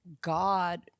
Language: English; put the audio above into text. God